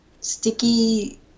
sticky